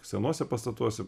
senuose pastatuose